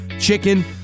chicken